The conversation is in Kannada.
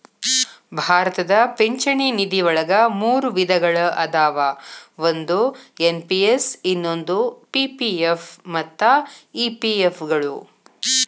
ಭಾರತದ ಪಿಂಚಣಿ ನಿಧಿವಳಗ ಮೂರು ವಿಧಗಳ ಅದಾವ ಒಂದು ಎನ್.ಪಿ.ಎಸ್ ಇನ್ನೊಂದು ಪಿ.ಪಿ.ಎಫ್ ಮತ್ತ ಇ.ಪಿ.ಎಫ್ ಗಳು